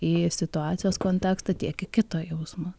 į situacijos kontekstą tiek į kito jausmus